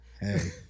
Hey